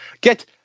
Get